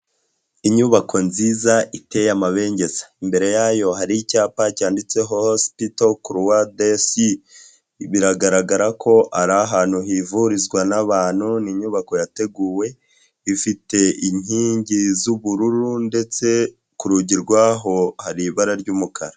Inyubako nziza iteye amabengeza imbere yayo hari icyapa cyanditseho hosipito kuruwadesi biragaragara ko ari ahantu hivurizwa n'abantu ni inyubako yateguwe ifite inkingi z'ubururu ndetse ku rugi rwaho hari ibara ry'umukara.